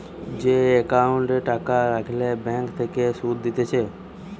যে একাউন্টে টাকা রাখলে ব্যাঙ্ক থেকে সুধ দিতেছে